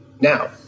now